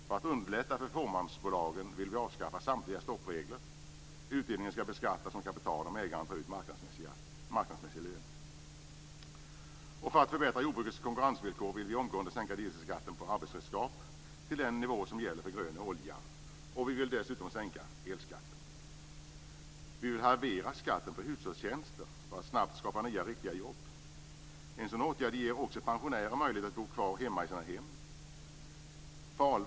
För att underlätta för fåmansbolagen vill vi avskaffa samtliga stoppregler. Utdelningen skall beskattas som kapital om ägaren tar ut marknadsmässig lön. För att förbättra jordbrukets konkurrensvillkor vill vi omgående sänka dieselskatten på arbetsredskap till den nivå som gäller för grön olja. Vi vill dessutom sänka elskatten. Vi vill halvera skatten på hushållstjänster för att snabbt skapa nya, riktiga jobb. En sådan åtgärd ger också pensionärer möjlighet att bo kvar hemma i sina hem.